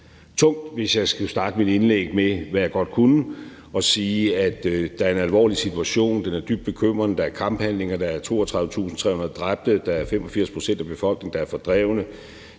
tungt, hvis jeg skulle starte mit indlæg med, hvad jeg godt kunne, at sige, at der er en alvorlig situation, den er dybt bekymrende, der er kamphandlinger, der er 32.300 dræbte, 85 pct. af befolkningen er fordrevne,